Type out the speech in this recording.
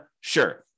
Sure